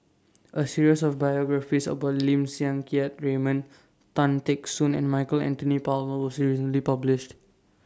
A series of biographies about Lim Siang Keat Raymond Tan Teck Soon and Michael Anthony Palmer was recently published